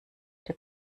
der